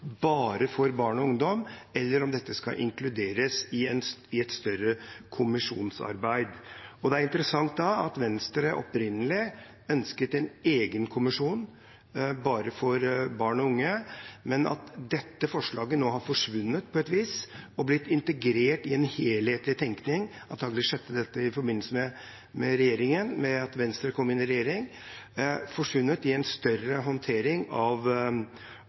for bare barn og ungdom, eller om disse skal inkluderes i et større kommisjonsarbeid. Det er da interessant at Venstre opprinnelig ønsket en egen kommisjon for bare barn og unge, men at dette forslaget nå har forsvunnet på et vis og blitt integrert i en helhetlig tenkning. Antageligvis skjedde det i forbindelse med at Venstre kom inn i regjering. Det har forsvunnet i en større håndtering av